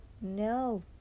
No